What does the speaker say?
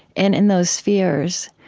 and in those spheres,